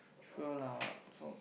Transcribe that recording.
sure lah so